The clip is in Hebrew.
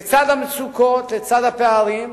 לצד המצוקות והפערים,